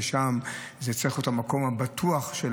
ששם זה צריך להיות המקום הבטוח של